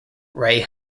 ray